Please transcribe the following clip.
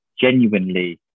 genuinely